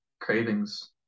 cravings